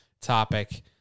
topic